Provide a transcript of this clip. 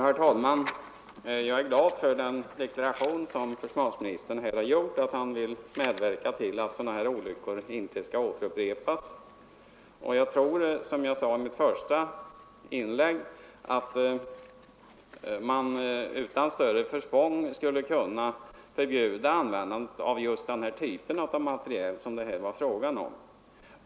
Herr talman! Jag är glad över försvarsministerns deklaration att han vill medverka till att sådana här olyckor inte skall upprepas. Jag tror, som jag sade i mitt första inlägg, att man utan större förfång skulle kunna förbjuda användandet av just den typ av materiel som det här är fråga om.